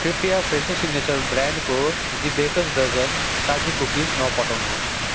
कृपया Fresho signature ब्रेन्डको the baker's dozen काजु कुकिज नपठाउनुहोस्